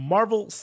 Marvel